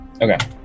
Okay